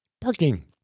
parking